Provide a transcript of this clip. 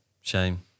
Shame